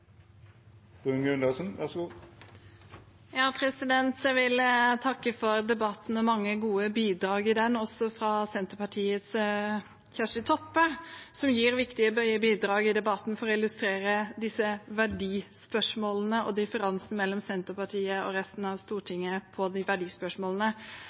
Jeg vil takke for debatten og mange gode bidrag i den, også fra Senterpartiets Kjersti Toppe, som gir viktige bidrag i debatten for å illustrere differansen mellom Senterpartiet og resten av